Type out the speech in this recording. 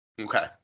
Okay